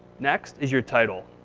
next is your title.